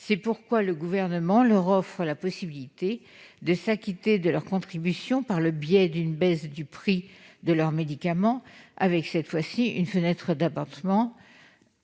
C'est pourquoi le Gouvernement leur offre la possibilité de s'acquitter de leur contribution par le biais d'une baisse du prix de leurs médicaments, avec cette fois-ci une fenêtre d'abattement